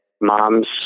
moms